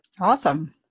Awesome